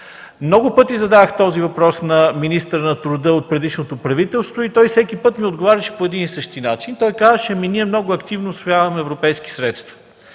Много пъти задавах този въпрос на министъра на труда от предишното правителство и той всеки път ми отговаряше по един и същи начин. Той казваше: „Ние много активно усвояваме европейски средства”.